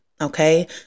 Okay